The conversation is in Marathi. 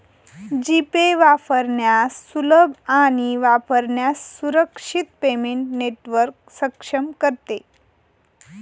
जी पे वापरण्यास सुलभ आणि वापरण्यास सुरक्षित पेमेंट नेटवर्क सक्षम करते